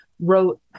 wrote